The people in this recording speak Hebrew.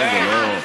לא, זה לא.